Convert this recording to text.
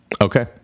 Okay